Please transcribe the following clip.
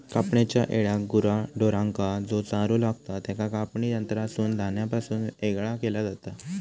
कापणेच्या येळाक गुरा ढोरांका जो चारो लागतां त्याका कापणी यंत्रासून धान्यापासून येगळा केला जाता